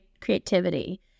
creativity